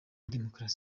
demokarasi